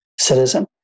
Citizen